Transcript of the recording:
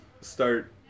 start